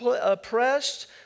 oppressed